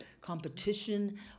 competition